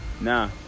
Nah